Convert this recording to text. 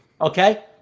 Okay